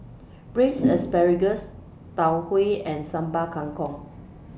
Braised Asparagus Tau Huay and Sambal Kangkong